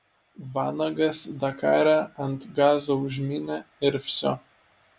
vanagas dakare ant gazo užmynė ir vsio